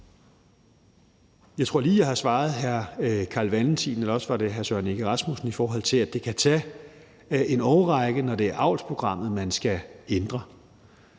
Jeg tror lige, at jeg har svaret hr. Carl Valentin, eller også var det hr. Søren Egge Rasmussen, at det kan tage en årrække, når det er avlsprogrammet, man skal ændre.